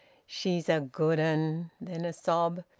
she's a good un! then a sob.